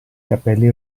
capelli